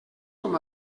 com